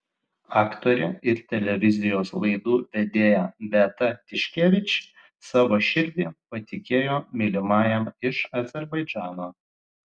aktorė ir televizijos laidų vedėja beata tiškevič savo širdį patikėjo mylimajam iš azerbaidžano